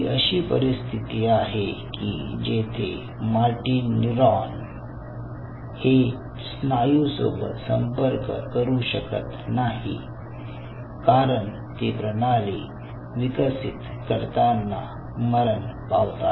ही अशी परिस्थिती आहे की जेथे मार्टिन न्यूरॉन हे स्नायू सोबत संपर्क करू शकत नाही कारण ते प्रणाली विकसित करताना मरण पावतात